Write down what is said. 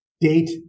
date